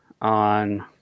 on